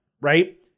right